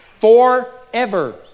forever